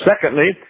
Secondly